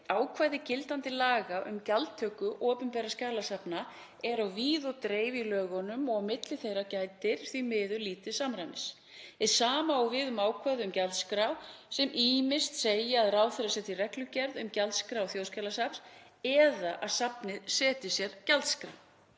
Ákvæði gildandi laga um gjaldtöku opinberra skjalasafna eru á víð og dreif í lögunum og á milli þeirra gætir því miður lítils samræmis. Hið sama á við um ákvæði um gjaldskrá, sem ýmist segja að ráðherra setji reglugerð um gjaldskrá Þjóðskjalasafns eða að safnið setji sér gjaldskrá.